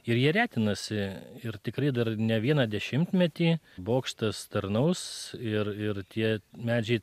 ir jie retinasi ir tikrai dar ne vieną dešimtmetį bokštas tarnaus ir ir tie medžiai